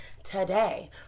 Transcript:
Today